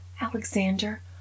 Alexander